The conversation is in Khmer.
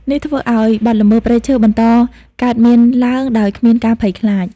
នេះធ្វើឱ្យបទល្មើសព្រៃឈើបន្តកើតមានឡើងដោយគ្មានការភ័យខ្លាច។